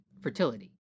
fertility